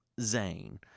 Zane